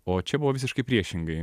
o čia buvo visiškai priešingai